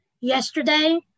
yesterday